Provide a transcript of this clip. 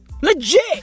Legit